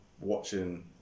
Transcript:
watching